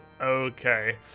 okay